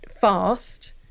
fast